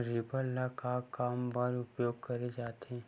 Reaper ल का काम बर उपयोग करे जाथे?